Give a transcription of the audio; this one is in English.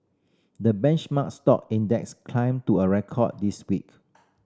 the benchmark stock index climbed to a record this week